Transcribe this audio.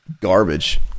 Garbage